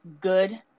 good